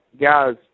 Guys